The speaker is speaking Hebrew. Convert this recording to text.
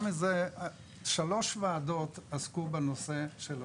מזה ישנן שלוש ועדות שעסקו בנושא של השחיקה.